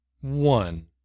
One